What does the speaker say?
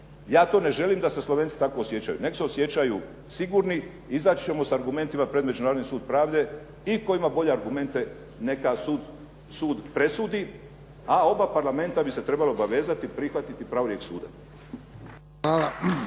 Ja to ne želim da se Slovenci tako osjećaju. Nek' se osjećaju sigurni. Izaći ćemo sa argumentima pred Međunarodni sud pravde i tko ima bolje argumente neka sud presudi, a oba Parlamenta bi se trebalo obavezati, prihvatiti pravorijek suda.